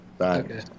Okay